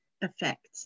effect